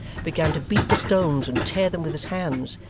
began to beat the stones and tear them with his hands,